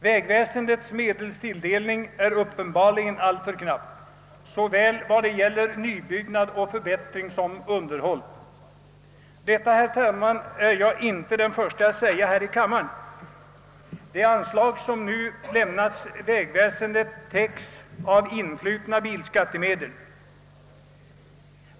Vägväsendets medelstilldelning är uppenbarligen alltför knapp i vad gäller såväl nybyggnad och förbättring som underhåll. Detta är jag, herr talman, inte den förste att påpeka i denna kammare. De anslag, som nu lämnas vägväsendet, täcks av influtna bilskattemedel.